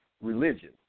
religion